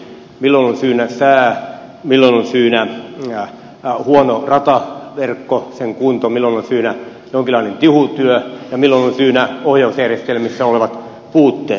milloin on syynä sää milloin on syynä huono rataverkko sen kunto milloin on syynä jonkinlainen tihutyö ja milloin ovat syynä ohjausjärjestelmissä olevat puutteet